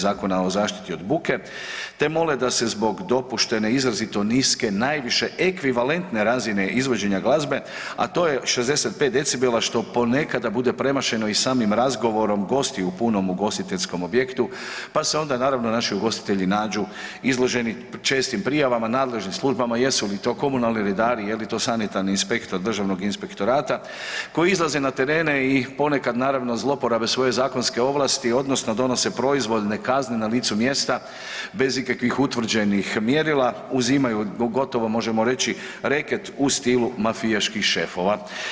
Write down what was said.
Zakona o zaštiti od buke te mole da se zbog dopuštene izrazito niske najviše ekvivalentne razine izvođenja glazbe, a to je 65 dB što po nekada bude premašeno i samim razgovorom gosti u ugostiteljskom objektu pa se onda naravno naši ugostitelji nađu izloženi čestim prijavama, nadležnim službama, jesu li to komunalni redari, je li to sanitarni inspektor Državnog inspektorata koji izlaze na terene i ponekad naravno zloporabe svoje zakonske ovlasti odnosno donose proizvod, kazne na licu mjesta bez ikakvih utvrđenih mjerila, uzimaju gotovo možemo reći reket u stilu mafijaških šefova.